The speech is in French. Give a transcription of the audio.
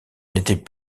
n’étaient